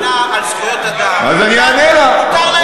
יש טענה על זכויות אדם, מותר להם להעלות את זה.